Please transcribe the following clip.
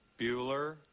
Bueller